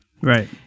Right